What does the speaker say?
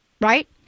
right